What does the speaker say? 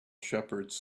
shepherds